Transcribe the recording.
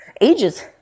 ages